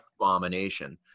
abomination